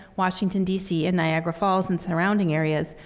washington dc, and niagara falls and surrounding areas,